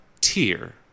tier